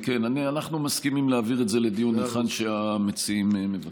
אנחנו מסכימים להעביר את זה לדיון היכן שהמציעים מבקשים.